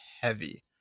heavy